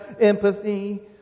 empathy